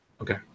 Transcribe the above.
Okay